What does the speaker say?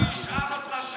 אז אני אשאל אותך שאלה.